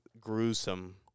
gruesome